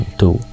two